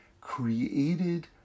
created